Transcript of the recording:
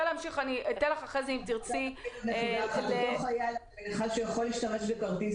אותו חייל יכול להשתמש בכרטיס